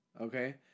okay